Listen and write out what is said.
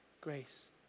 grace